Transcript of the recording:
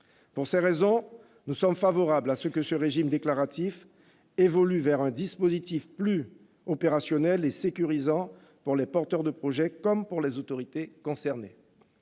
Pour ces raisons, nous sommes favorables à ce que ce régime déclaratif évolue vers un dispositif plus opérationnel et sécurisant pour les porteurs de projet comme pour les autorités concernées.